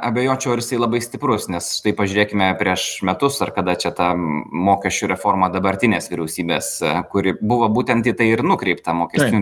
abejočiau ar jisai labai stiprus nes štai pažiūrėkime prieš metus ar kada čia ta mokesčių reforma dabartinės vyriausybės kuri buvo būtent į tai ir nukreipt mokestinių